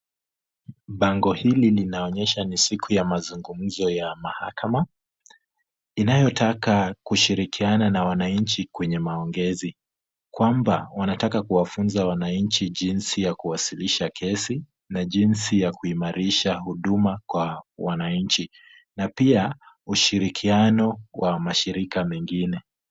Bango hili linaonyesha ni siku ya mazungumzo ya mahakama, Inayo taka kushirikiana na wananchi kwenye maongezi, kwamba wanataka kuwafunza wananchi jinsi ya kuwasilisha kesi, na jinsi ya kuimarisha huduma kwa wananchi na pia ushirikiano wa mashirika mengine.